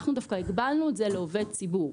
אנחנו דווקא הגבלנו את זה לעובד ציבור